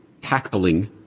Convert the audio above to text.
tackling